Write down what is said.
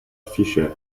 fisher